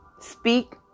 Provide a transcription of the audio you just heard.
Speak